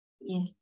Yes